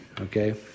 okay